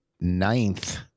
ninth